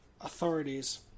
authorities